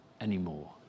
anymore